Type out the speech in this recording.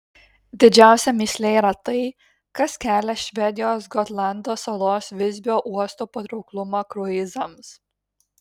didžiausia mįslė yra tai kas kelia švedijos gotlando salos visbio uosto patrauklumą kruizams